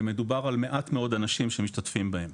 אבל מדובר על מעט מאוד אנשים שמשתתפים בהן.